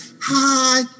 hi